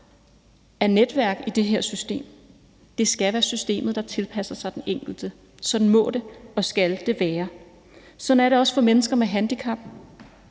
af netværk i det her system. Det skal være systemet, der tilpasser sig den enkelte. Sådan må og skal det være. Sådan er det også for mennesker med handicap.